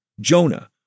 Jonah